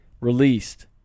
released